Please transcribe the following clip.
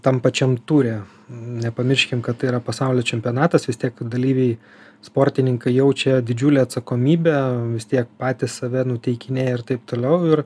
tam pačiam ture nepamirškim kad tai yra pasaulio čempionatas vis tiek dalyviai sportininkai jaučia didžiulę atsakomybę tiek patys save nuteikinėja ir taip toliau ir